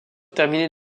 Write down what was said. terminer